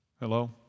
Hello